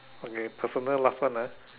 okay personal last one ah